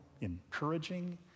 encouraging